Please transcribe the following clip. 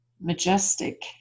majestic